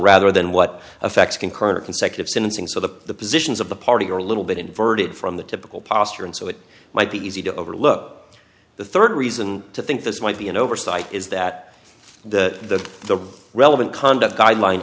rather than what affects concurrent or consecutive sentencing so the positions of the party are a little bit inverted from the typical posture and so it might be easy to overlook the rd reason to think this might be an oversight is that the the relevant conduct guideline